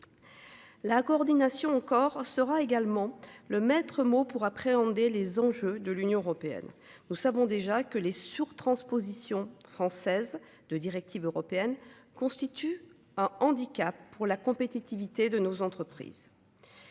La coordination encore sera également le maître mot pour appréhender les enjeux de l'Union européenne. Nous savons déjà que les sur-transpositions françaises de directives européennes constitue un handicap pour la compétitivité de nos entreprises.